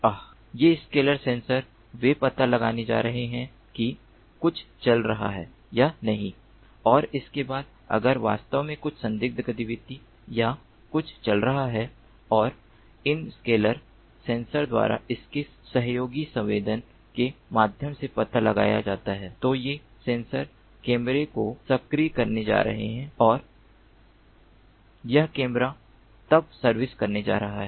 आह ये scalar sensor वे पता लगाने जा रहे हैं कि कुछ चल रहा है या नहीं और उसके बाद अगर वास्तव में कुछ संदिग्ध गतिविधि या कुछ चल रहा है और इन स्केलर सेंसर द्वारा उनके सहयोगी संवेदन के माध्यम से पता लगाया जाता है तो ये सेंसर कैमरे को सक्रिय करने जा रहे हैं और यह कैमरा तब सर्विस करने जा रहा है